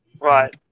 Right